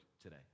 today